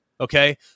Okay